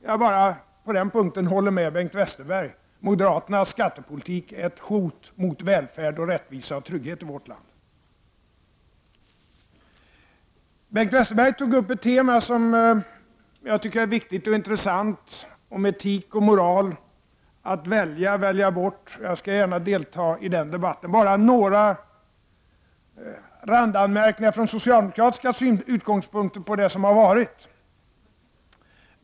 Jag håller med Bengt Westerberg på den punkten: moderaternas skattepolitik är ett hot mot välfärd, rättvisa och trygghet i vårt land. Bengt Westerberg tog upp ett tema som är viktigt och intressant, om etik och moral, om att välja och välja bort. Jag skall gärna delta i den debatten, men jag vill göra några randanmärkningar från socialdemokratiska utgångspunkter om det som har varit.